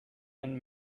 and